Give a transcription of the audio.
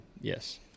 Yes